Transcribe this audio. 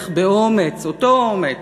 ולך באומץ, אותו אומץ,